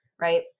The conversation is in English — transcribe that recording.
Right